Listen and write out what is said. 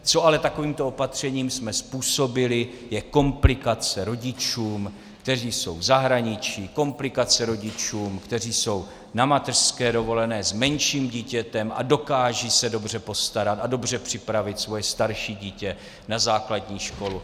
Co jsme ale takovýmto opatřením způsobili, je komplikace rodičům, kteří jsou v zahraničí, komplikace rodičům, kteří jsou na mateřské dovolené s menším dítětem a dokážou se dobře postarat a dobře připravit svoje starší dítě na základní školu.